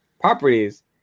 properties